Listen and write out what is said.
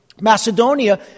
Macedonia